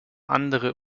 andere